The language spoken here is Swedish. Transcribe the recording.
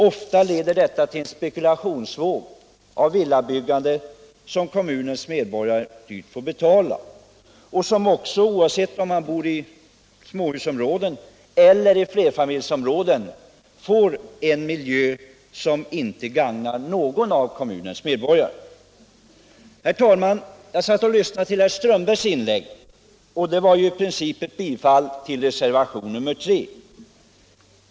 Ofta leder detta till en spekulationsvåg av villabyggande, som kommunens medborgare dyrt får betala. Oavsett om man bor i småhusområde eller flerfamiljshusområde får man en miljö som inte gagnar någon av kommunens medborgare. Herr talman! Jag satt och lyssnade till herr Strömbergs i Botkyrka inlägg, och jag fann att det i princip var en plädering för bifall till reservationen 3.